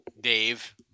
Dave